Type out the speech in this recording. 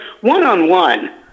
one-on-one